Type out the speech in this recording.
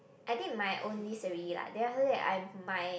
I did my own list already like then after that I my